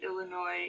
Illinois